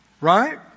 Right